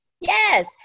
Yes